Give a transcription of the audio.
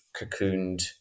cocooned